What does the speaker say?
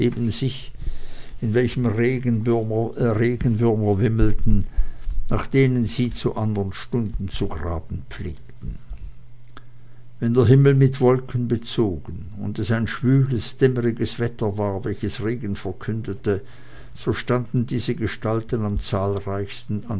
sich in welchem regenwürmer wimmelten nach denen sie zu andern stunden zu graben pflegten wenn der himmel mit wolken bezogen und es ein schwüles dämmeriges wetter war welches regen verkündete so standen diese gestalten am zahlreichsten